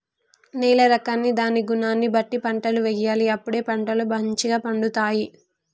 నేల రకాన్ని దాని గుణాన్ని బట్టి పంటలు వేయాలి అప్పుడే పంటలు మంచిగ పండుతాయి